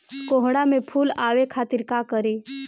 कोहड़ा में फुल आवे खातिर का करी?